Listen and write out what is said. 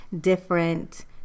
different